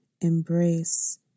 Embrace